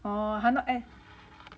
oh